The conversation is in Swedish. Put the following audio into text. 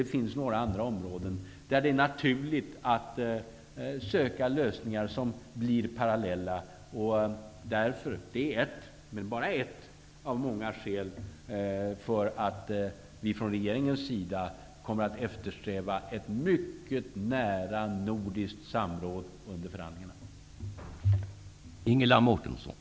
Det finns också några andra områden där det är naturligt att söka lösningar som blir parallella. Det är ett, men bara ett, av många skäl till att vi från regeringens sida kommer att eftersträva ett mycket nära nordiskt samråd under förhandlingarna.